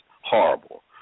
horrible